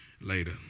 later